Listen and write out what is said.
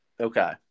Okay